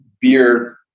beer